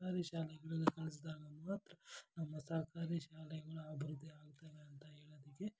ಸರ್ಕಾರಿ ಶಾಲೆಗಳಿಗೆ ಕಳಿಸ್ದಾಗ ಮಾತ್ರ ನಮ್ಮ ಸರ್ಕಾರಿ ಶಾಲೆಗಳ ಅಭಿವೃದ್ದಿ ಆಗ್ತವೆ ಅಂತ ಹೇಳದಿಕೆ